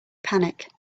panic